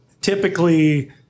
typically